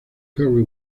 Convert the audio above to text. kerry